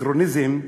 הפטריוטיות היא